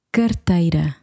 carteira